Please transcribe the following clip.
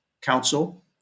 Council